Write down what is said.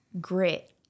grit